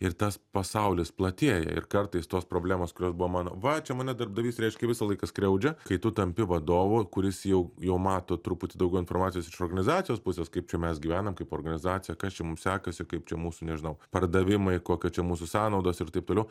ir tas pasaulis platėja ir kartais tos problemos kurios buvo mano va čia mane darbdavys reiškia visą laiką skriaudžia kai tu tampi vadovu kuris jau jau mato truputį daugiau informacijos iš organizacijos pusės kaip čia mes gyvenam kaip organizacija kas čia mums sekasi kaip čia mūsų nežinau pardavimai kokia čia mūsų sąnaudos ir taip toliau